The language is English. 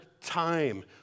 time